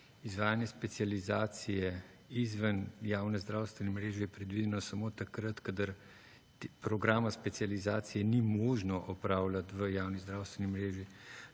Izvajanje specializacije izven javne zdravstvene mreže je predvideno samo takrat, ko programa specializacije ni možno opravljat v javni zdravstveni mreži.